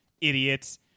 idiots